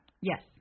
Yes